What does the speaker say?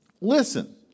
Listen